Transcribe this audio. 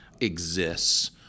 exists